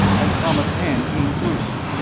and thomas' hand came through.